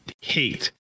hate